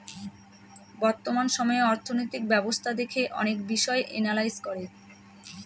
বর্তমান সময়ে অর্থনৈতিক ব্যবস্থা দেখে অনেক বিষয় এনালাইজ করে